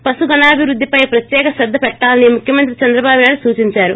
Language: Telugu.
పశు గణాభివృద్దిపై ప్రత్యేక శ్రద్ద పెట్టాలని ముఖ్యమంత్రి చంద్రబాబు నాయుడు సూచిందారు